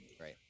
right